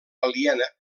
aliena